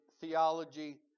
theology